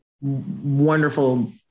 wonderful